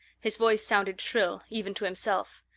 his voice sounded shrill, even to himself.